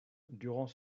durant